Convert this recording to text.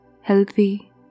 healthy